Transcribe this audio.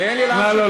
תן לי להמשיך.